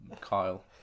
Kyle